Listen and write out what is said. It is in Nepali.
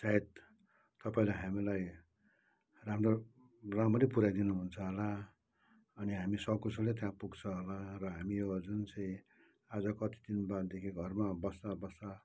सायद तपाईँले हामीलाई राम्रो राम्ररी पुऱ्याइदिनु हुन्छ होला अनि हामी सकुशल नै त्यहाँ पुग्छ होला र हामी यो जुन चाहिँ आज कति दिनबाददेखि घरमा बस्दा बस्दा